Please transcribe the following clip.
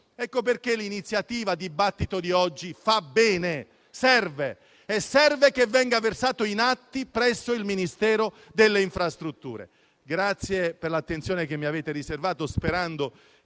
Ecco perché l'iniziativa del dibattito di oggi fa bene e serve che venga versato in atti presso il Ministero delle infrastrutture. Vi ringrazio per l'attenzione che mi avete riservato, sperando